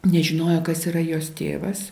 nežinojo kas yra jos tėvas